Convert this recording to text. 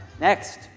Next